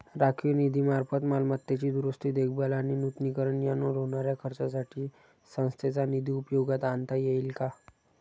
राखीव निधीमार्फत मालमत्तेची दुरुस्ती, देखभाल आणि नूतनीकरण यावर होणाऱ्या खर्चासाठी संस्थेचा निधी उपयोगात आणता येईल का?